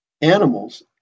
animals